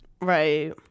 Right